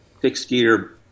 fixed-gear